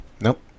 Nope